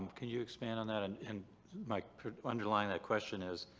can you expand on that? and and my underline that question is,